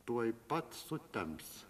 tuoj pat sutems